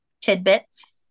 tidbits